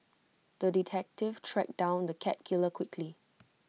the detective tracked down the cat killer quickly